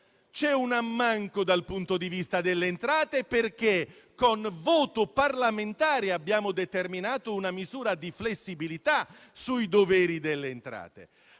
C'è un ammanco dal punto di vista delle entrate perché con voto parlamentare abbiamo determinato una misura di flessibilità sui doveri delle entrate.